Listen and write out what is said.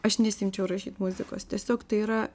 aš nesiimčiau rašyt muzikos tiesiog tai yra